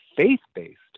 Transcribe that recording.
faith-based